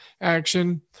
action